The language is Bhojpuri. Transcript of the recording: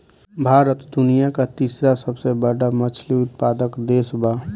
भारत दुनिया का तीसरा सबसे बड़ा मछली उत्पादक देश बा